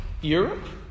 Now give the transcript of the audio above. Europe